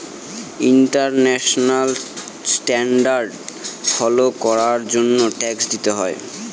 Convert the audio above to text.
international standard follow করার জন্য tax দিতে হয়